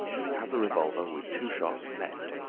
he has a revolver, with two shots left.